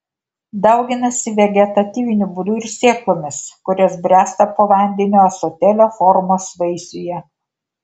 dauginasi vegetatyviniu būdu ir sėklomis kurios bręsta po vandeniu ąsotėlio formos vaisiuje